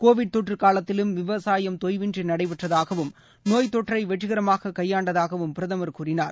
Covid தொற்றுகாலத்திலும் விவசாயம் தொய்வின்றிநடைபெற்றதாகவும் நோய்த் தொற்றைவெற்றிகரமாககைபாண்டதாகவும் பிரதமர் கூறினார்